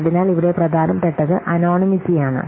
അതിനാൽ ഇവിടെ പ്രധാനപ്പെട്ടത് അനോണിമിട്ടി ആണ്